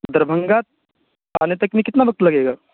دربھنگہ آنے تک میں کتنا وقت لگے گا